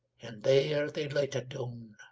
and there they lighted down.